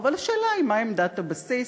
אבל השאלה היא מה עמדת הבסיס,